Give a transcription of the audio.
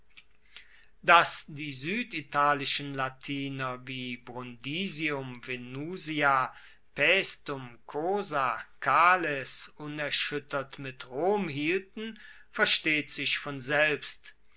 dass die sueditalischen latiner wie brundisium venusia paestum cosa cales unerschuettert mit rom hielten versteht sich von selbst